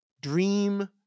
Dream